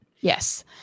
Yes